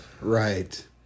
Right